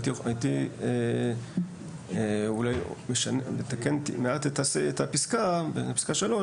הייתי אולי מתקן מעט את הפסקה בפסקה (3)